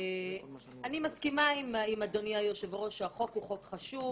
אני מסכימה עם אדוני היושב ראש שהחוק הוא חוק חשוב